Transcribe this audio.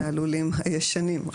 מהלולים הישנים.